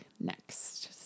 next